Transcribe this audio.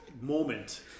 moment